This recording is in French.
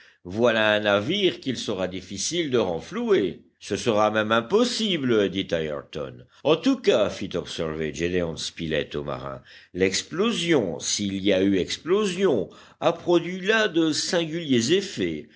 voilà un navire qu'il sera difficile de renflouer ce sera même impossible dit ayrton en tout cas fit observer gédéon spilett au marin l'explosion s'il y a eu explosion a produit là de singuliers effets